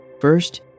First